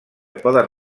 poden